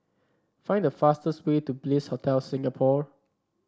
find the fastest way to Bliss Hotel Singapore